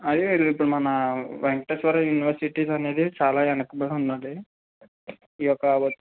అదే ఇప్పుడు మన వెంకటేశ్వర యూనివర్సిటీస్ అనేది చాలా వెనకబడి ఉన్నది ఈ ఒక